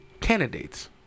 candidates